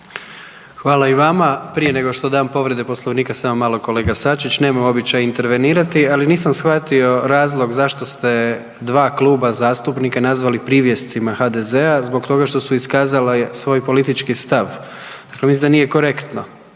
Hvala i vama. Prije nego što dam povrede Poslovnika, samo malo kolega Sačić, nemam običaj intervenirati, ali nisam shvatio razlog zašto ste dva kluba zastupnika nazvali „privjescima HDZ-a“ zbog toga što su iskazali svoj politički stav. Ja mislim da nije korektno